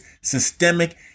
systemic